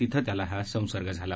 तिथं त्याला हा संसर्ग झाला